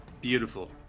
beautiful